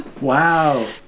Wow